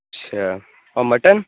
اچھا اور مٹن